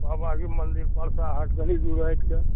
बाबाके मंदिर परसा हाट कनी दूर हटिके